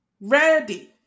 Ready